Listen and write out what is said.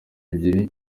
ebyiri